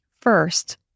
First